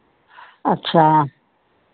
अच्छा